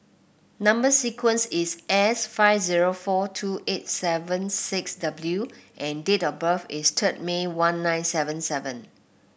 number sequence is S five zero four two eight seven six W and date of birth is third May one nine seven seven